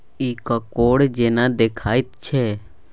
इ कॉकोड़ जेना देखाइत छै